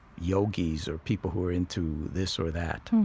yogis yeah or people who are into this or that?